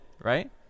right